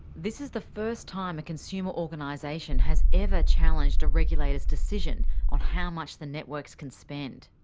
this is the first time a consumer organisation has ever challenged a regulator's decision on how much the networks can spend.